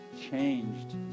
changed